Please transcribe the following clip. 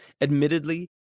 Admittedly